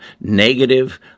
negative